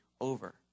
over